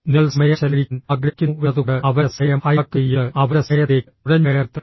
നിങ്ങൾ സമയം ചെലവഴിക്കാൻ ആഗ്രഹിക്കുന്നുവെന്നതുകൊണ്ട് അവരുടെ സമയം ഹൈജാക്ക് ചെയ്യരുത് അവരുടെ സമയത്തിലേക്ക് നുഴഞ്ഞുകയറരുത്